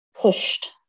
pushed